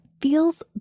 feels